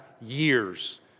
years